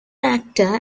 actor